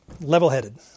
level-headed